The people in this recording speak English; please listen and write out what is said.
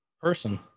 person